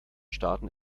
staaten